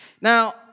Now